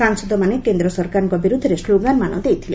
ସାଂସଦମାନେ କେନ୍ଦ୍ର ସରକାରଙ୍କ ବିର୍ତ୍ଧରେ ସ୍କୋଗାନମାନ ଦେଇଥିଲେ